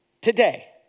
Today